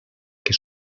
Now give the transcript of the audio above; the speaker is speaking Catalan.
que